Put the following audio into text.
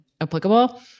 applicable